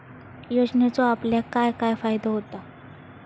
योजनेचो आपल्याक काय काय फायदो होता?